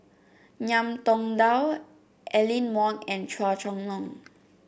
Ngiam Tong Dow Aline Wong and Chua Chong Long